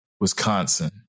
Wisconsin